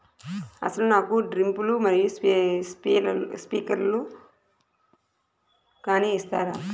అసలు నాకు డ్రిప్లు కానీ స్ప్రింక్లర్ కానీ ఇస్తారా?